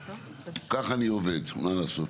ככה אני עובד מה לעשות,